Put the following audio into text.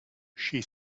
she